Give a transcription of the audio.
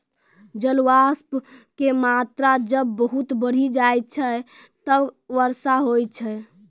जलवाष्प के मात्रा जब बहुत बढ़ी जाय छै तब वर्षा होय छै